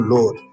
Lord